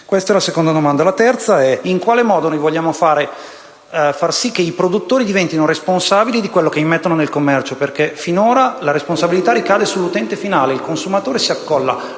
La terza domanda è: in quale modo vogliamo far sì che i produttori diventino responsabili di quello che immettono nel commercio, considerato che finora la responsabilità ricade sull'utente finale (il consumatore si accolla